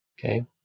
Okay